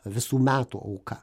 visų metų auka